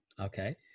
Okay